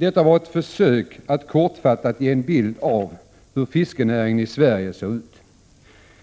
Detta var ett försök att kortfattat ge en bild av hur fiskenäringen i Sverige ser ut.